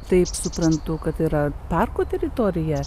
tai suprantu kad yra parko teritorija